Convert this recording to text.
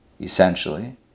essentially